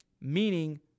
Meaning